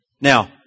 Now